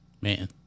Man